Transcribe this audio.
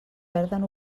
perden